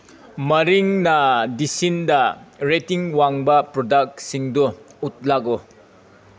ꯃꯦꯔꯤꯅꯦꯗꯁꯤꯡꯗ rating ꯋꯥꯡꯕ ꯄ꯭ꯔꯗꯛꯁꯤꯡꯗꯨ ꯎꯠꯂꯛꯎ